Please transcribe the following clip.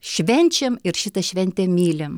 švenčiam ir šitą šventę mylim